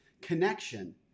connection